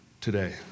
today